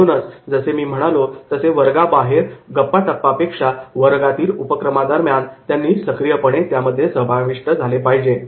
म्हणूनच जसे मी म्हणालो तसे वर्गाबाहेरील गप्पाटप्पापेक्षा वर्गातील उपक्रमादरम्यान त्यांनी सक्रियपणे त्यामध्ये समाविष्ट झाले पाहिजे